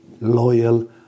Loyal